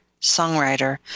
songwriter